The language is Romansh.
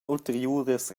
ulteriuras